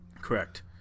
Correct